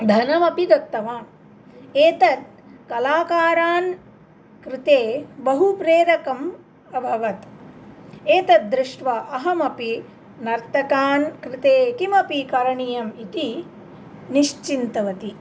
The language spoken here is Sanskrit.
धनमपि दत्तवान् एतत् कलाकारान् कृते बहु प्रेरकम् अभवत् एतद् दृष्ट्वा अहमपि नर्तकान् कृते किमपि करणीयम् इति निश्चिन्तितवती